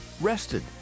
rested